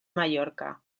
mallorca